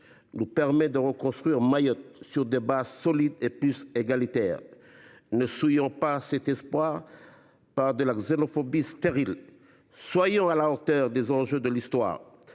nous permet de reconstruire Mayotte sur des bases solides et plus égalitaires. Ne souillons pas cet espoir par de la xénophobie stérile. Soyons à la hauteur des enjeux de l’Histoire.